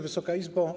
Wysoka Izbo!